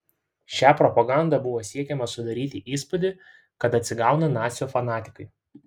šia propaganda buvo siekiama sudaryti įspūdį kad atsigauna nacių fanatikai